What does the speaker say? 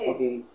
Okay